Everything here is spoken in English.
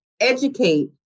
educate